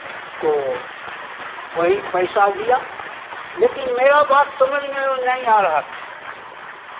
तो वही पैसा दिया लेकिन मेरा बात समझ में नहीं आ रहा था